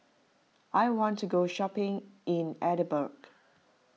I want to go shopping in Edinburgh